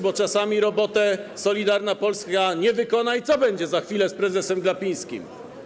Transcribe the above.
Bo czasami roboty Solidarna Polska nie wykona i co będzie za chwilę z prezesem Glapińskim?